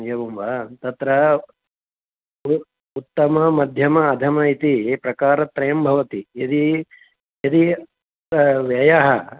एवं वा तत्र उ उत्तममध्यम अधमः इति प्रकारत्रयं भवति यदि यदि व्ययः